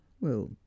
Well